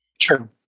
True